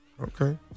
Okay